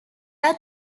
are